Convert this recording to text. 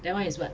that [one] is what